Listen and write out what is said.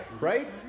right